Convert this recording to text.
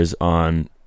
on